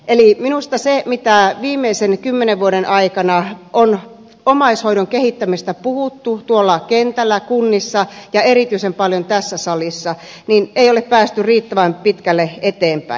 eli minusta siinä mitä viimeisten kymmenen vuoden aikana on omaishoidon kehittämisestä puhuttu tuolla kentällä kunnissa ja erityisen paljon tässä salissa ei ole päästy riittävän pitkälle eteenpäin